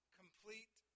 complete